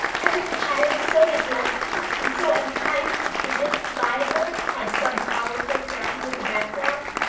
and that the child so neglected and so unkindly treated by her had some powerful friend in the background?